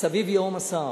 מסביב ייהום הסער.